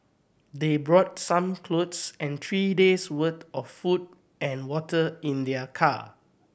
they brought some clothes and three days' worth of food and water in their car